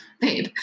babe